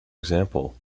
example